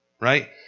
Right